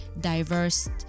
diverse